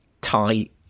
tight